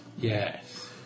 yes